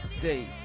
days